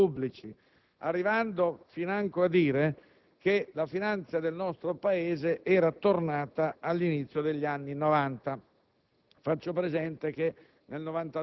alcuni passaggi che ritengo importanti, al fine di dimostrare il senso di questa critica. Appena insediato il Governo Prodi,